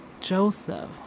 Joseph